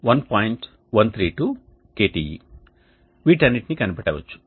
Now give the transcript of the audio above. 132 kte వీటన్నిటినీ కనిపెట్టవచ్చు